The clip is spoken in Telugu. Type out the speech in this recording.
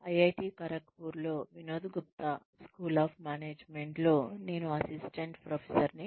ఐఐటి ఖరగ్పూర్లో వినోద్ గుప్తా స్కూల్ ఆఫ్ మేనేజ్మెంట్లో నేను అసిస్టెంట్ ప్రొఫెసర్ని